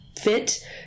fit